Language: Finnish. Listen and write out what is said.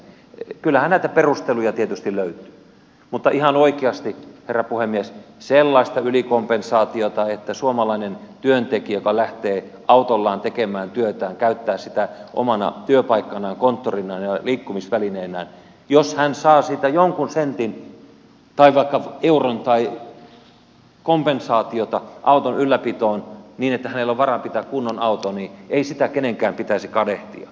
kyllähän näitä perusteluja tietysti löytyy mutta ihan oikeasti herra puhemies sellaista ylikompensaatiota jos suomalainen työntekijä joka lähtee autollaan tekemään työtään käyttää sitä omana työpaikkanaan konttorinaan ja liikkumisvälineenään ja saa siitä jonkun sentin tai vaikka euron tai kompensaatiota auton ylläpitoon niin että hänellä on varaa pitää kunnon auto ei kenenkään pitäisi kadehtia